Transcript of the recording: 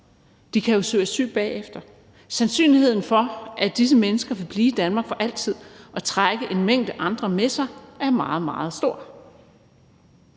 De kan jo søge asyl bagefter. Sandsynligheden for, at disse mennesker vil blive i Danmark for altid og trække en mængde andre med sig, er meget, meget stor.